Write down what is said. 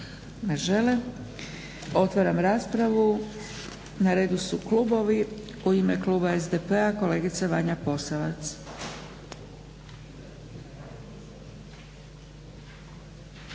Ne žele. Otvaram raspravu. Na redu su klubovi. U ime kluba SDP-a kolegica Vanja Posavac.